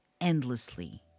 endlessly